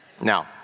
Now